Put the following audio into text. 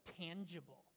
tangible